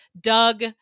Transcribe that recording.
Doug